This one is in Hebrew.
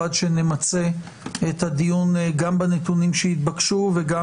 עד שנמצה את הדיון גם בנתונים שהתבקשו וגם